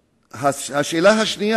שאלה אחרת היא,